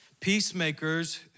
Peacemakers